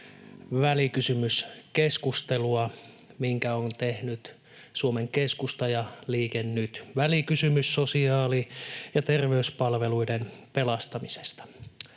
välikysymyksestä, minkä ovat tehneet Suomen Keskusta ja Liike Nyt — välikysymys sosiaali- ja terveyspalveluiden pelastamisesta.